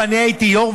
ואני הייתי יו"ר,